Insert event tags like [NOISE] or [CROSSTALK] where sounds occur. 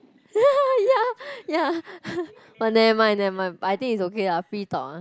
[LAUGHS] ya ya but never mind never mind I think but it's okay lah free talk ah